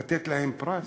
לתת להם פרס?